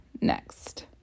next